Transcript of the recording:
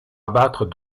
abattre